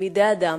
בידי אדם,